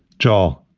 joel,